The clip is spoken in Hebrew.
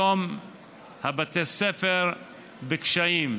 היום בתי הספר בקשיים,